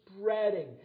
spreading